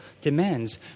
demands